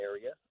area